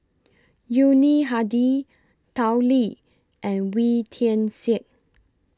Yuni Hadi Tao Li and Wee Tian Siak